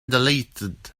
deleted